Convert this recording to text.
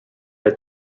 had